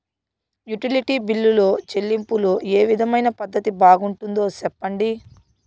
Utility బిల్లులో చెల్లింపులో ఏ విధమైన పద్దతి బాగుంటుందో సెప్పండి?